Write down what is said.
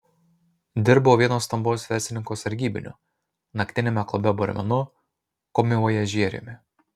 dirbau vieno stambaus verslininko sargybiniu naktiniame klube barmenu komivojažieriumi